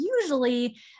usually